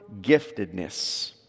giftedness